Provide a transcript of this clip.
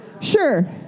sure